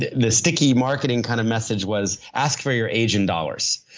the the sticky marketing kind of message was ask for your age in dollars.